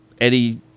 Eddie